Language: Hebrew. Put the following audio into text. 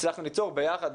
הצלחנו ליצור ביחד,